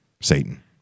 Satan